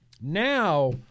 Now